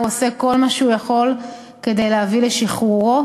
עושה כל מה שהוא יכול כדי להביא לשחרורו,